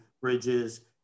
bridges